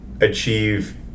achieve